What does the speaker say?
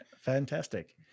fantastic